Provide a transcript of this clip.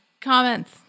Comments